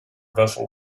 vessel